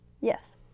Yes